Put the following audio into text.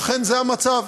ואכן זה המצב.